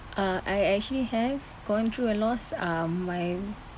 uh I actually have gone through a loss uh my